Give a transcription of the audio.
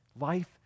Life